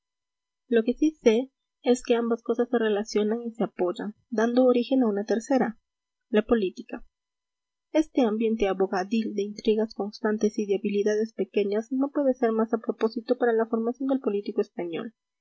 lo que sí sé es que ambas cosas se relacionan y se apoyan dando origen a una tercera la política este ambiente abogadil de intrigas constantes y de habilidades pequeñas no puede ser más a propósito para la formación del político español